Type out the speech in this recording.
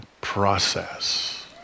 process